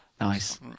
Nice